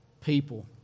people